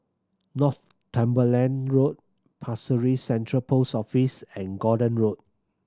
Northumberland Road Pasir Ris Central Post Office and Gordon Road